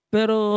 Pero